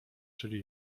żyli